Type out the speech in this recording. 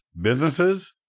businesses